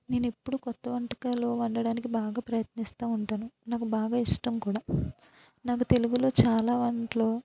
నేనేప్పుడు కొత్తవంటలు వండడానికి బాగా ప్రయత్నిస్తూ ఉంటాను నాకు బాగా ఇష్టం కూడా నాకు తెలుగులో చాలా వంటల